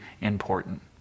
important